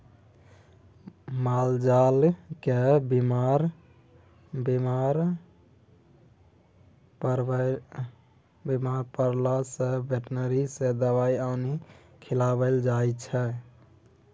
मालजाल केर बीमार परला सँ बेटनरी सँ दबाइ आनि खुआएल जाइ छै